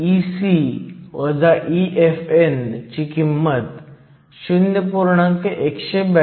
1 x 1015 cm3 p इतकेच मिळेल परंतु NA हे 1